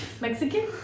Mexican